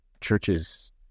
churches